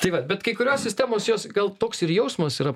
tai va bet kai kurios sistemos jos gal toks ir jausmas yra